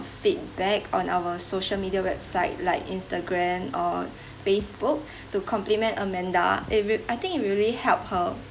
feedback on our social media website like Instagram or Facebook to compliment amanda if it I think it will really help her